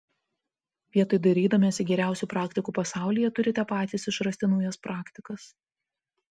vietoj dairydamiesi geriausių praktikų pasaulyje turite patys išrasti naujas praktikas